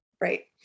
Right